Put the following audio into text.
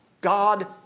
God